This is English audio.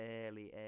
early